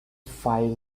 five